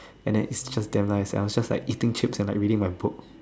and then it's just damn nice I'm just like eating chips and I reading my books